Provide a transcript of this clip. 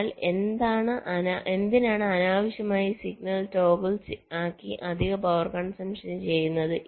അതിനാൽ എന്തിനാണ് അനാവശ്യമായി ഈ സിഗ്നൽ ടോഗിൾ ആക്കി അധിക പവർ കൺസംപ്ഷൻ ചെയ്യുന്നത്